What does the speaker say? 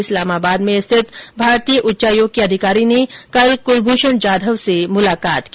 इस्लामाबाद में स्थित भारतीय उच्चायोग के अधिकारी ने कल कल्मूषण जाधव से मुलाकात की